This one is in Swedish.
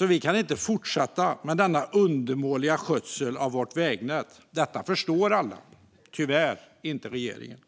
Vi kan inte fortsätta med denna undermåliga skötsel av vårt vägnät. Detta förstår alla, men tyvärr inte regeringen.